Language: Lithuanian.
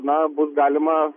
na bus galima